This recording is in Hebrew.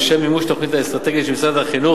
לשם מימוש התוכנית האסטרטגית של משרד החינוך,